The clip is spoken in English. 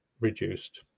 reduced